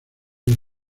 una